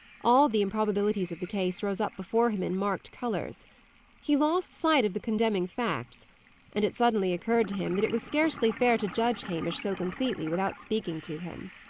all the improbabilities of the case rose up before him in marked colours he lost sight of the condemning facts and it suddenly occurred to him that it was scarcely fair to judge hamish so completely without speaking to him.